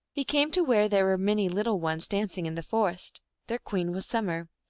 he came to where there were many little ones dancing in the forest their queen was summer.